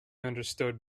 understood